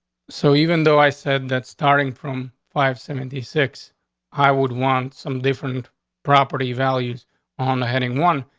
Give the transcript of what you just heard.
so even though i said that starting from five seventy six i would want some different property values on the heading one,